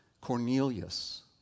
Cornelius